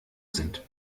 sind